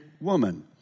woman